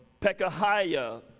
Pekahiah